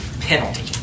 penalty